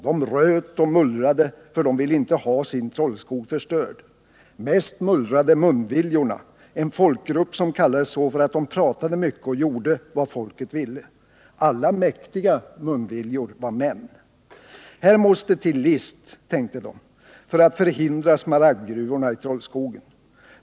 De röt och mullrade för de ville inte ha sin trollskog förstörd. Mest mullrade Munviljorna, en folkgrupp som kallades så för att de pratade mycket och gjorde vad folket ville. Alla mäktiga Munviljor var män. - Här måste till list, tänkte de, för att förhindra smaragdgruvor i trollskogen.